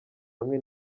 hamwe